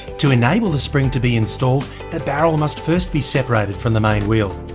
to enable the spring to be installed, the barrel must first be separated from the main wheel.